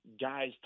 guys